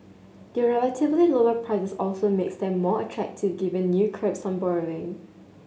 their relatively lower price also makes them more attractive given new curbs on borrowing